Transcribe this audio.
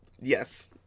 Yes